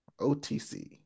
OTC